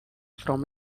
from